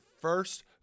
first